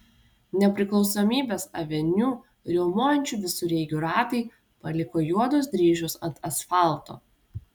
nepriklausomybės aveniu riaumojančių visureigių ratai paliko juodus dryžius ant asfalto